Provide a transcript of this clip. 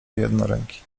jednoręki